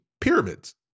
pyramids